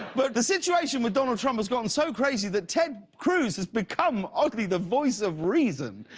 but the situation with donald trump has gotten so crazy that ted cruz has become um the the voice of reason.